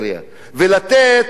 ולתת את